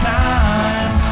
time